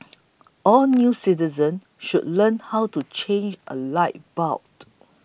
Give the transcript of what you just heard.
all new citizens should learn how to change a light bulb